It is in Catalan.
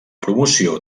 promoció